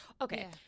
okay